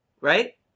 Right